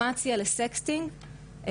והמתבגרים שלנו הם מיניים,